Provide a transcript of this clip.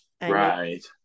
Right